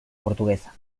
portuguesa